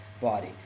body